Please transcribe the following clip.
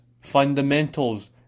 fundamentals